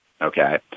okay